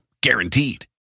Guaranteed